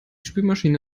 spülmaschine